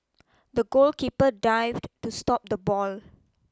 the goalkeeper dived to stop the ball